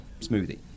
smoothie